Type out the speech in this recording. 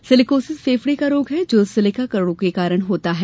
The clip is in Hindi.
सिलिकोसिस फेफड़े का रोग है जो सिलिका कणों के कारण होता है